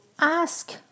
ask